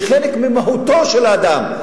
שהיא חלק ממהותו של האדם,